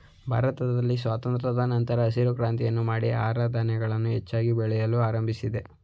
ಭಾರತ ಸ್ವಾತಂತ್ರದ ನಂತರ ಹಸಿರು ಕ್ರಾಂತಿಯನ್ನು ಮಾಡಿ ಆಹಾರ ಧಾನ್ಯಗಳನ್ನು ಹೆಚ್ಚಾಗಿ ಬೆಳೆಯಲು ಆರಂಭಿಸಿದೆ